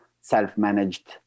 self-managed